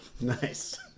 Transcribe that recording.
Nice